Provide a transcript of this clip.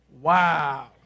Wow